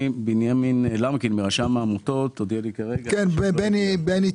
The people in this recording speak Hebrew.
בנימין למקין מרשם העמותות הודיע לי כרגע --- בנימין למקין